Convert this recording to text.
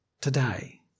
today